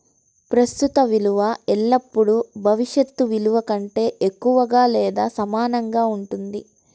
ప్రస్తుత విలువ ఎల్లప్పుడూ భవిష్యత్ విలువ కంటే తక్కువగా లేదా సమానంగా ఉంటుంది